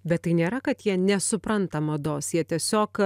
bet tai nėra kad jie nesupranta mados jie tiesiog